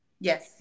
Yes